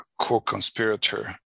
co-conspirator